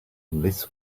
this